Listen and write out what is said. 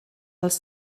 els